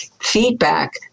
feedback